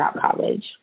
college